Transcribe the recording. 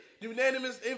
unanimous